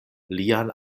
lian